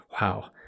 Wow